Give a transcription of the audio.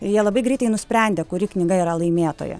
jie labai greitai nusprendė kuri knyga yra laimėtoja